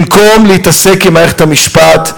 במקום להתעסק עם מערכת המשפט,